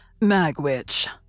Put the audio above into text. Magwitch